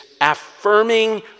affirming